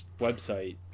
website